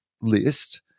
list